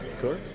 Cool